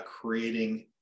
creating